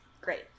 great